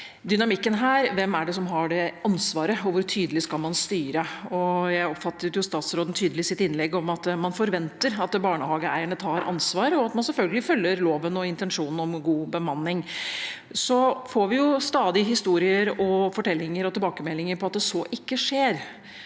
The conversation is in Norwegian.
kanskje: Hvem er det som har det ansvaret, og hvor tydelig skal man styre? Jeg oppfattet at statsråden var tydelig i sitt innlegg om at man forventer at barnehageeierne tar ansvar, og at man selvfølgelig følger loven og intensjonen om god bemanning. Så får vi stadig historier, fortellinger og til